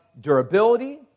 durability